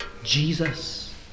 Jesus